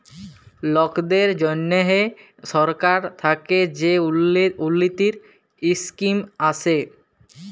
লকদের জ্যনহে সরকার থ্যাকে যে উল্ল্যতির ইসকিম আসে